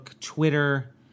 Twitter